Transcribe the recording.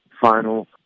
final